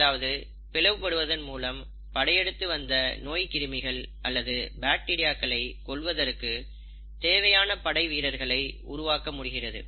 அதாவது பிளவுபடுவதன் மூலம் படையெடுத்து வந்த நோய்க்கிருமிகள் அல்லது பாக்டீரியாக்களை கொள்வதற்கு தேவையான படைவீரர்களை உருவாக்க முடிகிறது